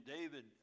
David